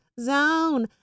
zone